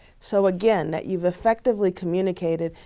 so again, that you've effectively communicated,